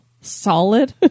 solid